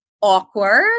awkward